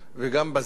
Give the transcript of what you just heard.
בתוך ישראל,